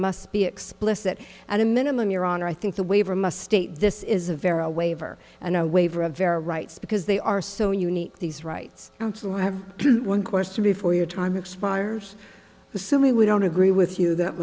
must be explicit at a minimum your honor i think the waiver must state this is a very a waiver and a waiver of vera rights because they are so unique these rights to have one course to before your time expires assuming we don't agree with you that